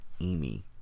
Amy